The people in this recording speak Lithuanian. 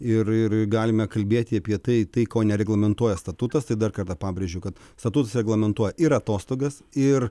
ir ir galime kalbėti apie tai tai ko nereglamentuoja statutas tai dar kartą pabrėžiu kad statutas reglamentuoja ir atostogas ir